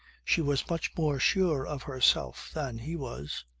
she was much more sure of herself than he was.